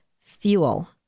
fuel